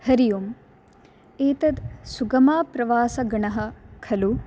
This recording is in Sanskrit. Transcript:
हरि ओम् एतत् सुगमाप्रवासगणः खलु